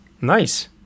Nice